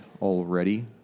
already